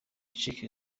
acika